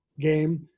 game